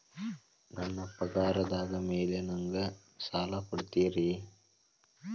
ನನ್ನ ಪಗಾರದ್ ಮೇಲೆ ನಂಗ ಸಾಲ ಕೊಡ್ತೇರಿ?